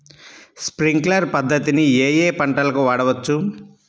Sprinkler పద్ధతిని ఏ ఏ పంటలకు వాడవచ్చు?